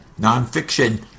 nonfiction